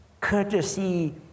courtesy